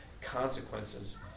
consequences